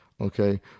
okay